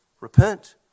repent